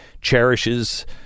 cherishes